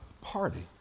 party